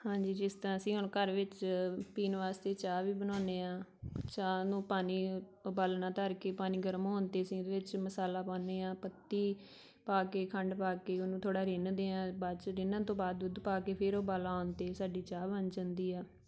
ਹਾਂਜੀ ਜਿਸ ਤਰ੍ਹਾਂ ਅਸੀਂ ਹੁਣ ਘਰ ਵਿੱਚ ਪੀਣ ਵਾਸਤੇ ਚਾਹ ਵੀ ਬਣਾਉਂਦੇ ਹਾਂ ਚਾਹ ਨੂੰ ਪਾਣੀ ਉਬਾਲਣਾ ਧਰਕੇ ਪਾਣੀ ਗਰਮ ਹੋਣ 'ਤੇ ਅਸੀਂ ਇਹਦੇ ਵਿੱਚ ਮਸਾਲਾ ਪਾਉਂਂਦੇ ਹਾਂ ਪੱਤੀ ਪਾ ਕੇ ਖੰਡ ਪਾ ਕੇ ਉਹਨੂੰ ਥੋੜ੍ਹਾ ਰਿੰਨ੍ਹਦੇ ਹਾਂ ਬਾਅਦ 'ਚ ਰਿੰਨ੍ਹਣ ਤੋਂ ਬਾਅਦ ਦੁੱਧ ਪਾ ਕੇ ਫਿਰ ਉਬਾਲਾ ਆਉਣ 'ਤੇ ਸਾਡੀ ਚਾਹ ਬਣ ਜਾਂਦੀ ਆ